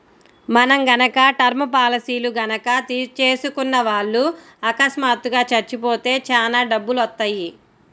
మనం గనక టర్మ్ పాలసీలు గనక చేసుకున్న వాళ్ళు అకస్మాత్తుగా చచ్చిపోతే చానా డబ్బులొత్తయ్యి